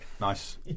Nice